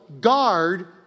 guard